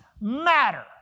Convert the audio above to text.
matter